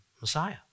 Messiah